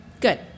Good